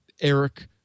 Eric